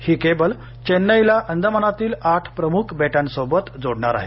ही cable चेन्नईला अंदमानातील आठ प्रमुख बेटांसोबत जोडणार आहे